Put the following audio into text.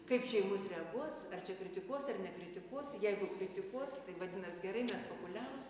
kaip čia į mus reaguos ar čia kritikuos ar nekritikuos jeigu kritikuos tai vadinas gerai mes populiarūs